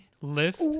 list